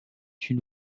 une